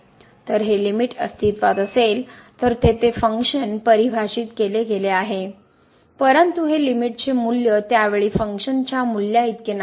तर हे लिमिट अस्तित्वात असेल तर तेथे फंक्शन परिभाषित केले गेले आहे परंतु हे लिमिटचे मूल्य त्या वेळी फंक्शन च्या मूल्याइतके नाही